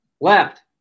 Left